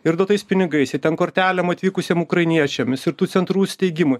ir duotais pinigais ten kortelėm atvykusiem ukrainiečiamis ir tų centrų steigimui